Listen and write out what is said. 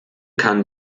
kann